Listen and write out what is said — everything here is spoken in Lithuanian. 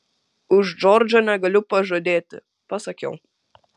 už džordžą negaliu pažadėti pasakiau